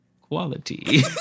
quality